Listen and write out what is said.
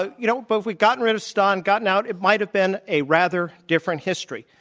you know, but we'd gotten rid of saddam, gotten out, it might have been a rather different history.